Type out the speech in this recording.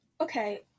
Okay